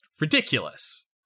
ridiculous